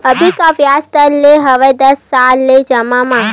अभी का ब्याज दर हवे दस साल ले जमा मा?